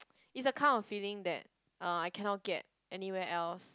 it's a kind of feeling that uh I cannot get anywhere else